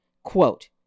Quote